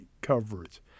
coverage